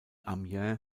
amiens